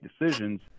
decisions